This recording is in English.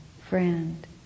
Friend